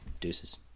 Deuces